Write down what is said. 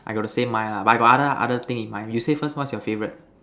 I got the same mind lah but I got other other thing in mind you say first what's your favourite